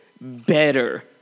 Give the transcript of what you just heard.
better